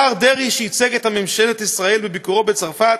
השר דרעי שייצג את ממשלת ישראל בביקורו בצרפת